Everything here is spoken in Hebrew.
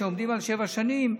שעומדים על שבע שנים.